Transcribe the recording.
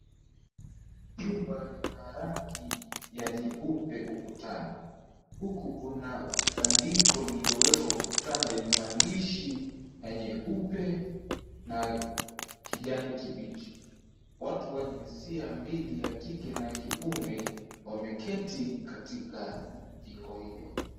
Jumba lina rangi ya nyeupe ukutani, huku kuna bandiko lililowekwa ukutani lenye maandishi ya nyeupe na kijani kibichi. Watu wa jinsia mbili, ya kike na kiume, wameketi katika jengo hilo.